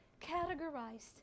categorized